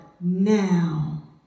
now